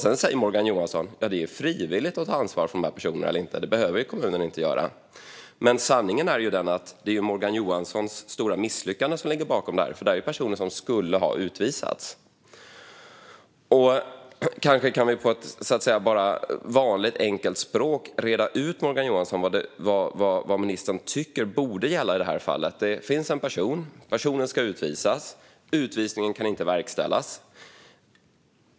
Sedan säger Morgan Johansson: Det är frivilligt att ta ansvar för de personerna eller inte. Det behöver kommunen inte göra. Sanningen är den att det är Morgan Johanssons stora misslyckande som ligger bakom det här. Det är personer som skulle ha utvisats. Kanske kan vi på ett vanligt enkelt språk, Morgan Johansson, reda ut vad ministern tycker borde gälla i det här fallet. Det finns en person. Personen ska utvisas. Utvisningen kan inte verkställas.